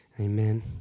amen